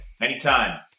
Anytime